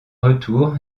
retour